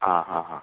आं हां हां